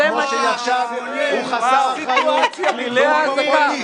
כמו שהיא עכשיו הוא חסר אחריות והוא פופוליסט.